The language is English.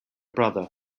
brother